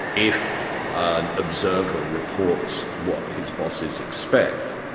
if an observer reports what his bosses expect,